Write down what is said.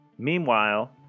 Meanwhile